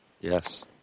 Yes